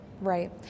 Right